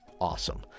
awesome